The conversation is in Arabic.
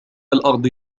الأرض